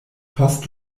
post